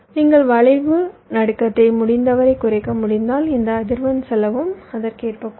நீங்கள் வளைவு நடுக்கத்தை முடிந்தவரை குறைக்க முடிந்தால் இந்த அதிர்வெண் செலவும் அதற்கேற்ப குறையும்